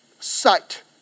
Sight